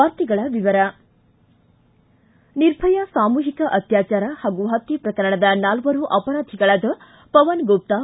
ವಾರ್ತೆಗಳ ವಿವರ ನಿರ್ಭಯಾ ಸಾಮೂಹಿಕ ಅತ್ಯಾಚಾರ ಹಾಗೂ ಹತ್ತೆ ಪ್ರಕರಣದ ನಾಲ್ವರು ಅಪರಾಧಿಗಳಾದ ಪವನ ಗುಪ್ತಾ